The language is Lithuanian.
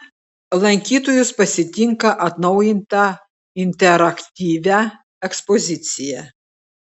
lankytojus pasitinka atnaujinta interaktyvia ekspozicija